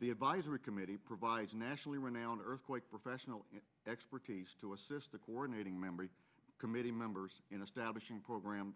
the advisory committee provides nationally renowned earthquake professional expertise to assist the coordinating memory committee members in establishing program